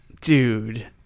Dude